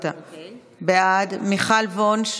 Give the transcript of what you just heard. בעד, מיכל וונש,